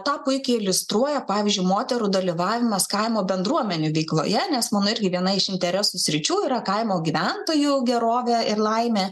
tą puikiai iliustruoja pavyzdžiui moterų dalyvavimas kaimo bendruomenių veikloje nes mano irgi viena iš interesų sričių yra kaimo gyventojų gerovė ir laimė